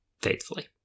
faithfully